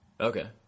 okay